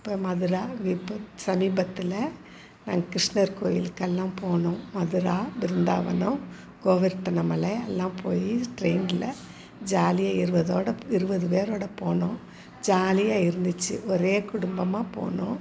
இப்போ மதுரா இப்போ சமீபத்தில் நாங்கள் கிருஷ்ணர் கோயிலுக்கெல்லாம் போனோம் மதுரா பிருந்தாவனம் கோவர்த்தன மலை எல்லாம் போய் ட்ரெயின்ல ஜாலியாக இருபதோட இருபதுபேரோட போனோம் ஜாலியாக இருந்துச்சு ஒரே குடும்பமாக போனோம்